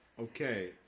Okay